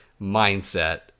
mindset